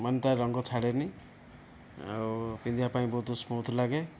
ମାନେ ତା ରଙ୍ଗ ଛାଡ଼େ ନାହିଁ ଆଉ ପିନ୍ଧିବା ପାଇଁ ବହୁତ ସ୍ମଉଥ୍ ଲାଗେ